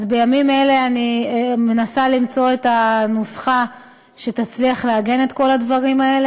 אז בימים אלה אני מנסה למצוא את הנוסחה שתצליח לעגן את כל הדברים האלה.